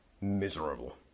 miserable